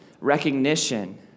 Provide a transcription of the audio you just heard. recognition